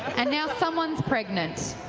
and now someone is pregnant.